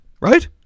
right